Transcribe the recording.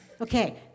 Okay